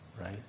right